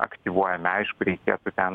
aktyvuojami aišku reikėtų ten